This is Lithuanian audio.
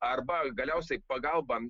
arba galiausiai pagalbą